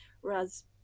whereas